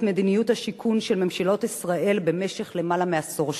מדיניות השיכון של ממשלות ישראל למעלה מעשור שנים.